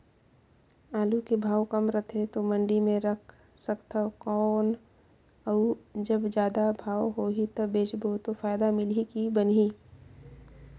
आलू के भाव कम रथे तो मंडी मे रख सकथव कौन अउ जब जादा भाव होही तब बेचबो तो फायदा मिलही की बनही?